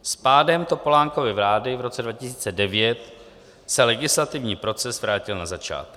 S pádem Topolánkovy vlády v roce 2009 se legislativní proces vrátil na začátek.